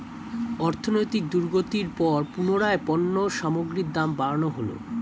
অর্থনৈতিক দুর্গতির পর পুনরায় পণ্য সামগ্রীর দাম বাড়ানো হলো